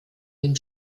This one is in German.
den